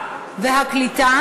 הקליטה.